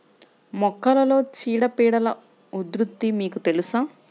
మొక్కలలో చీడపీడల ఉధృతి మీకు తెలుసా?